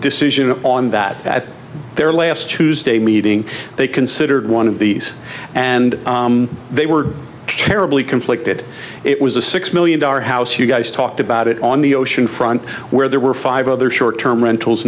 decision on that at their last tuesday meeting they considered one of these and they were terribly conflicted it was a six million dollars house you guys talked about it on the oceanfront where there were five other short term rentals